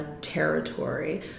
Territory